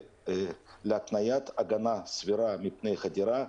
להקניית הגנה סבירה מפני חדירה,